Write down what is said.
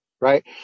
Right